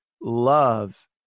love